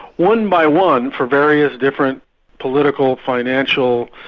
one by one, for various different political, financial,